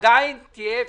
ועדיין תהיה אפשרות,